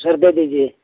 छः दे दीजिए